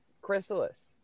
Chrysalis